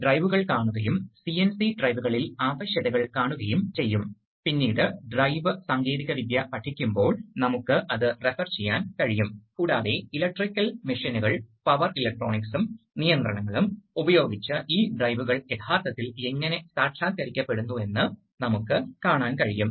pneumatic hydraulic സിസ്റ്റങ്ങളുടെ താരതമ്യ യോഗ്യതകളും അപാകതകളും പരാമർശിക്കാൻഉം കൂടാതെ ചില നിയന്ത്രണ ഉപയോഗങ്ങൾ പരിചയപ്പെടുകയും ചെയ്യും